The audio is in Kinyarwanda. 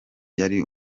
yari